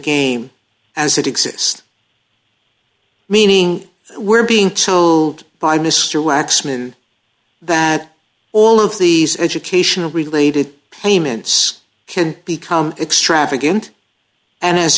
game as it exists meaning we're being told by mr waxman that all of these educational related payments can become extravagant and as